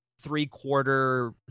three-quarter